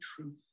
truth